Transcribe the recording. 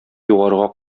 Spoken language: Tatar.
югарыга